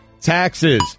taxes